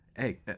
Hey